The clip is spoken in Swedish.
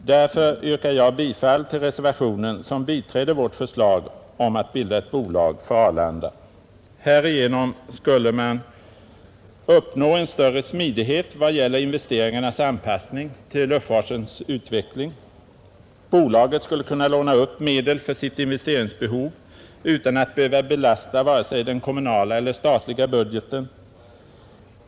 Därför yrkar jag bifall till reservationen, som biträder vårt förslag om att bilda ett bolag för Arlanda. Härigenom skulle man uppnå en större smidighet vad gäller investeringarnas anpassning till luftfartens utveckling. Bolaget skulle kunna låna upp medel för sitt investeringsbehov utan att behöva belasta vare sig den kommunala eller den statliga budgeten.